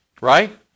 Right